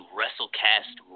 Wrestlecast